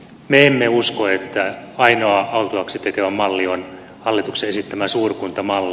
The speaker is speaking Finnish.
me emme usko että ainoa autuaaksi tekevä malli on hallituksen esittämä suurkuntamalli